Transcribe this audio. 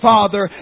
Father